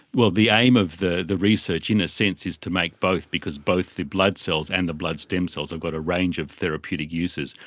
well, the aim of the the research in a sense is to make both because both the blood cells and the blood stem cells have got a range of therapeutic uses.